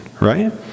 right